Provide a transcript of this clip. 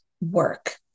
work